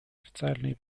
официальные